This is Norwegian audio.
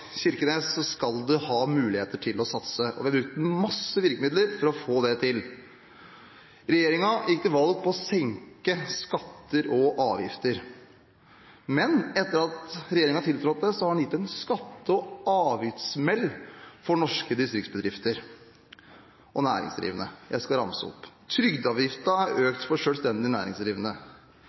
skal du ha muligheter til å satse, og vi har brukt masse virkemidler for å få det til. Regjeringen gikk til valg på å senke skatter og avgifter. Men etter at regjeringen tiltrådte, har den gitt en skatte- og avgiftssmell for norske distriktsbedrifter og næringsdrivende. Jeg skal ramse opp: Trygdeavgiften har økt for selvstendig næringsdrivende.